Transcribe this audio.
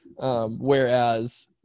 Whereas